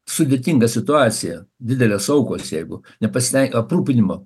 sudėtinga situacija didelės aukos jeigu nepasileis aprūpinimo